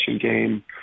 game